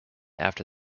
after